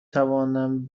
توانم